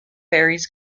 varies